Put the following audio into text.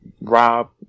Rob